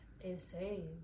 insane